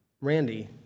Randy